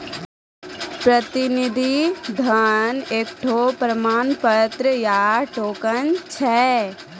प्रतिनिधि धन एकठो प्रमाण पत्र या टोकन छै